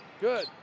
Good